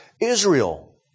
Israel